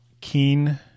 keen